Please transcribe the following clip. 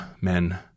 men